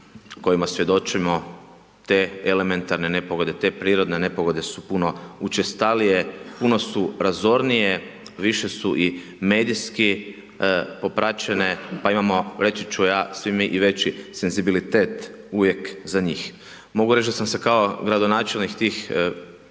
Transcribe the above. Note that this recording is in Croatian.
kojima svjedočimo te elementarne nepogode, te prirodne nepogode su učestalije, puno su razornije, više su i medijski popraćene, pa imamo, reći ću ja, svi mi i veći senzibilitet uvijek za njih. Mogu reći da sam se kao gradonačelnik tih nepogoda